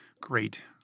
great